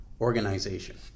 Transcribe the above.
organization